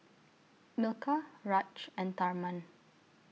Milkha Raj and Tharman